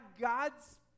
God's